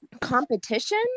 competition